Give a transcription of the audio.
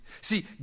See